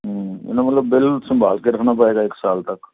ਇਹਦਾ ਮਤਲਬ ਬਿਲ ਸੰਭਾਲ ਕੇ ਰੱਖਣਾ ਪਵੇਗਾ ਇੱਕ ਸਾਲ ਤੱਕ